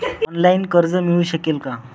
Online कर्ज मिळू शकेल का?